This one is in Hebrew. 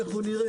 איך הוא נראה,